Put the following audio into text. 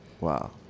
Wow